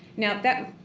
now that.